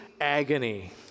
agony